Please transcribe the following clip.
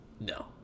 No